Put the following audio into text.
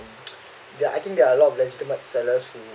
there are I think there are a lot of legitimate sellers who